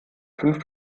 fünf